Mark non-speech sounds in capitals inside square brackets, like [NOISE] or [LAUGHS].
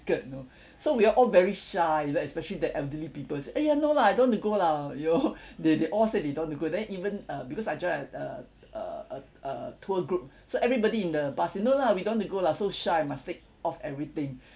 know so we're all very shy you know especially the elderly peoples !aiya! no lah I don't want to go lah you know [LAUGHS] they they all say they don't want to go then even uh because I join uh uh uh uh a tour group so everybody in the bus say no lah we don't want to go lah so shy must take off everything